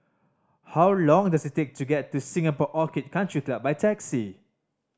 how long does it take to get to Singapore Orchid Country Club by taxi